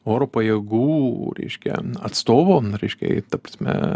oro pajėgų reiškia atstovo reiškia ta prasme